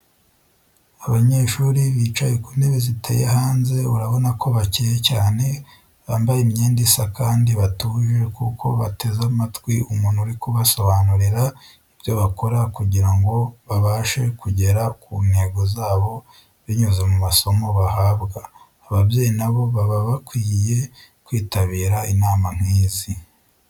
Abanyeshuri bicaye ku ntebe ziteye hanze, urabona ko bakeye cyane bambaye imyenda isa kandi batuje kuko bateze amatwi umuntu uri kubasobanurira ibyo bakora kugira ngo babashe kugera ku ntego zabo binyuze mu masomo bahabwa, ababyeyi nabo baba bakwiye kwitabira inama nk'izi.